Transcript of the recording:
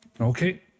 Okay